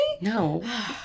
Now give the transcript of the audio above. No